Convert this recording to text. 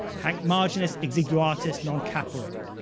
hanc marginis exiguitas non caperet.